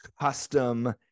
custom